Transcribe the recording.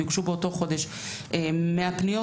יוגשו באותו חודש 100 פניות,